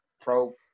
pro